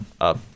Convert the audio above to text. up